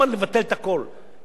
אם אתה מקצץ את ההטבה בחצי,